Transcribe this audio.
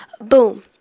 Boom